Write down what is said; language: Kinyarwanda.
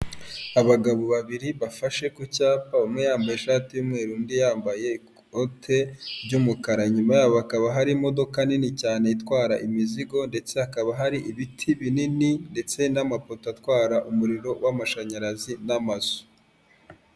Abagabo babiri bafashe ku cyapa, umwe yambaye ishati y'umweru undi yambaye ikote ry'umukara inyuma hakaba hari imodoka nini cyane itwara imizigo ndetse hakaba hari ibiti binini ndetse n'amapoto atwara umuriro w'amashanyarazi n'amazu.